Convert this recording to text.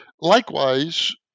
likewise